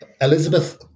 Elizabeth